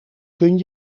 kun